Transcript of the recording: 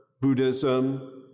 Buddhism